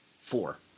four